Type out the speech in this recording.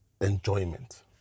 enjoyment